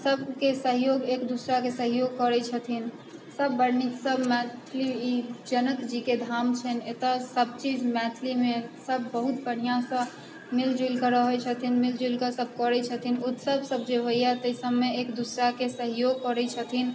सभके सहयोग एक दूसराके सहयोग करैत छथिन सभ बड्ड नीकसँ मैथिली ई जनक जीके धाम छनि एतय सभचीज मैथिलीमे सभ बहुत बढ़िआँसँ मिलि जुलि कऽ रहैत छथिन मिलि जुलि कऽ सभ करैत छथिन उत्सवसभ जे होइए ताहि सभमे एक दूसराके सहयोग करैत छथिन